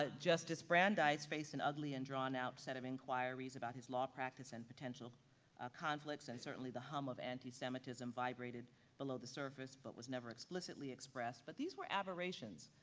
ah justice brandeis faced and ugly and drawn-out set of inquiries about his law practice and potential ah conflicts and certainly the hum of antisemitism vibrated below the surface, but was never explicitly expressed, but these were aberrations.